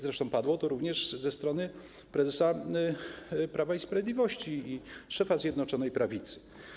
Zresztą padło to również ze strony prezesa Prawa i Sprawiedliwości i szefa Zjednoczonej Prawicy.